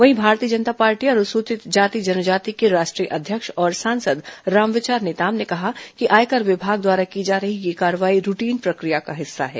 वहीं भारतीय जनता पार्टी अनुसूचित जाति जनजाति के राष्ट्रीय अध्यक्ष और सांसद रामविचार नेताम ने कहा है कि आयकर विभाग द्वारा की जा रही यह कार्रवाई रूटीन प्रक्रिया का हिस्सा है